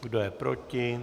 Kdo je proti?